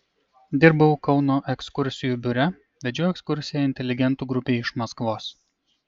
dirbau kauno ekskursijų biure vedžiau ekskursiją inteligentų grupei iš maskvos